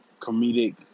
comedic